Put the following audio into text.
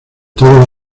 todos